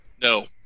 No